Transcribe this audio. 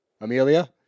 Amelia